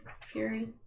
Fury